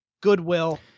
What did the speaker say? goodwill